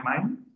mind